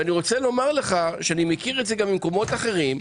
אני רוצה לומר לך שאני מכיר את זה גם ממקומות אחרים.